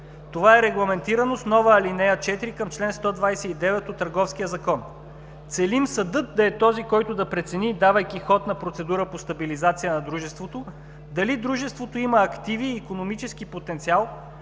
Това е регламентирано с нова ал. 4 към чл. 129 от Търговския закон. Целим съдът да е този, който да прецени, давайки ход на процедура по стабилизация на дружеството, дали дружеството има активи, икономически потенциал,